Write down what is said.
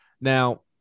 Now